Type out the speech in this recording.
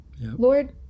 Lord